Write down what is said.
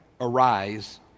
arise